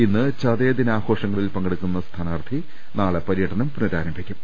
ഇന്ന് ചതയദിനാഘോഷങ്ങളിൽ പങ്കെടുക്കുന്ന സ്ഥാനാർത്ഥി നാളെ പര്യടനം പുനരാരംഭിക്കും